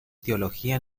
teología